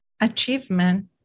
achievement